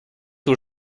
aux